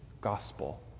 gospel